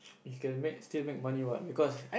you can make still make money what because